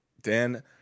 Dan